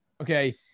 Okay